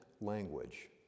language